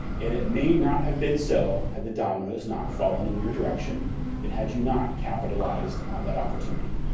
and it may not have been so had the dominoes not fallen in your direction and had you not capitalized on that opportunity.